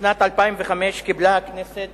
בשנת 2005 קיבלה הכנסת